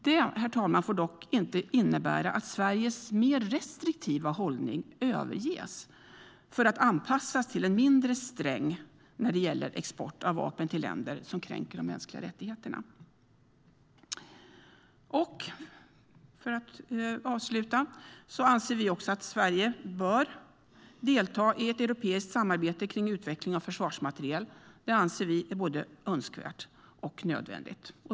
Det får dock inte innebära att Sveriges mer restriktiva hållning överges för att anpassas till en mindre sträng när det gäller export av vapen till länder som kränker de mänskliga rättigheterna, herr talman. För att avsluta: Vi anser att Sverige bör delta i ett europeiskt samarbete kring utveckling av försvarsmateriel. Det anser vi är både önskvärt och nödvändigt.